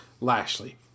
Lashley